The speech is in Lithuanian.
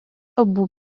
abu